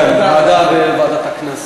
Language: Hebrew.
כן, ועדת הכנסת.